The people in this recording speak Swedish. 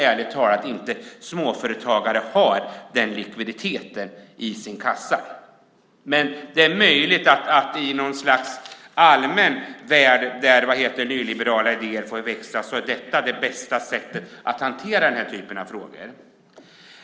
Ärligt talat tror jag inte att småföretagare har en sådan likviditet i sin kassa. Men det är möjligt att detta i ett slags allmän värld där nyliberala idéer får växa är det bästa sättet att hantera den här typen av frågor.